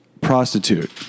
prostitute